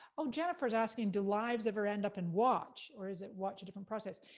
oh jennifer's asking, do lives ever end up in watch? or is it, watch a different process?